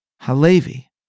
Halevi